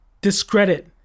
discredit